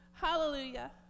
Hallelujah